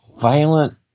violent